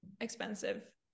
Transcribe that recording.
expensive